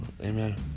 Amen